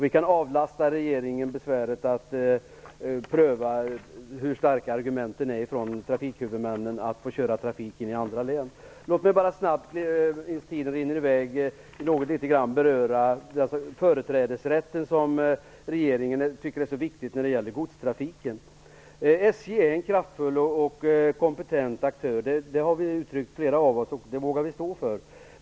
Vi kan avlasta regeringen besväret att pröva hur starka argumenten från trafikhuvudmännen är att få köra trafiken i andra län. Låt mig bara snabbt - tiden rinner i väg - något beröra företrädesrätten som regeringen tycker är så viktig när det gäller godstrafiken. SJ är en kraftfull och kompetent aktör, det har flera av oss uttryckt här och det vågar vi stå för.